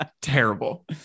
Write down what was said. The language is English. terrible